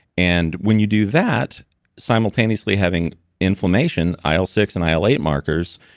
and when you do that simultaneously having information, i l six and i l eight markers,